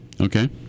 Okay